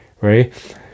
right